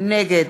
נגד